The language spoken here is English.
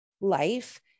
life